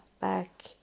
back